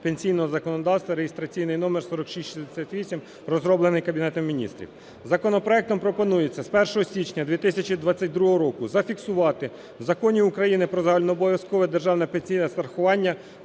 пенсійного законодавства (реєстраційний номер 4668), розроблений Кабінетом Міністрів. Законопроектом пропонується з 1 січня 2022 року зафіксувати в Законі України "Про загальнообов'язкове державне пенсійне страхування"